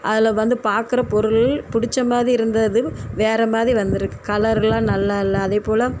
அதில் வந்து பார்க்குறப் பொருள் பிடிச்ச மாதிரி இருந்தது வேறு மாதிரி வந்துருக்கு கலரெல்லாம் நல்லாயில்ல அதைப்போல்